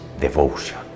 devotion